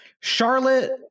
Charlotte